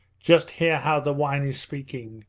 just hear how the wine is speaking.